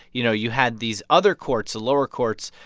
you know, you had these other courts, the lower courts,